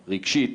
רגשית,